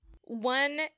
One